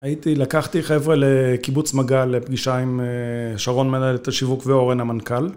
הייתי, לקחתי חבר'ה לקיבוץ מגל לפגישה עם שרון מנהלת השיווק ואורן המנכ"ל